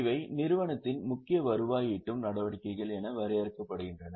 இவை நிறுவனத்தின் முக்கிய வருவாய் ஈட்டும் நடவடிக்கைகள் என வரையறுக்கப்படுகின்றன